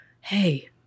Hey